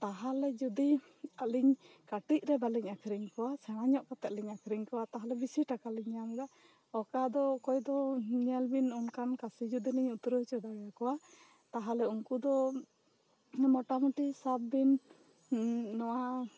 ᱛᱟᱦᱚᱞᱮ ᱡᱚᱫᱤ ᱟ ᱞᱤᱧ ᱠᱟ ᱴᱤᱡ ᱨᱮ ᱵᱟ ᱞᱤᱧ ᱟᱠᱷᱨᱤᱧ ᱠᱚᱣᱟ ᱥᱮᱬᱟ ᱧᱚᱜ ᱠᱟᱛᱮ ᱞᱤᱧ ᱟᱠᱷᱨᱤᱧ ᱠᱚᱣᱟ ᱛᱟᱦᱚᱞᱮ ᱵᱤᱥᱤ ᱴᱟᱠᱟ ᱞᱤᱧ ᱧᱟᱢᱫᱟ ᱚᱠᱟ ᱫᱚ ᱚᱠᱚᱭ ᱫᱚ ᱧᱮᱞ ᱵᱤᱧ ᱡᱚᱫᱤ ᱚᱱᱠᱟᱱ ᱠᱚ ᱥᱤ ᱡᱚᱫᱤ ᱞᱤᱧ ᱩᱛᱨᱟ ᱣ ᱦᱚᱪᱚ ᱫᱟᱲᱮᱭᱟ ᱠᱚᱣᱟ ᱛᱟᱦᱚᱞᱮ ᱩᱱᱠᱩ ᱫᱚ ᱢᱚᱴᱟ ᱢᱚᱴᱤ ᱥᱟᱵ ᱵᱤᱧ ᱱᱚᱣᱟ